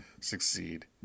succeed